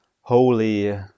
holy